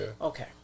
Okay